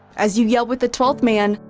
as you yell with the twelfth man,